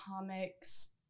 comics